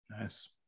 Nice